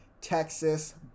Texas